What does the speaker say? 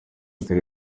turi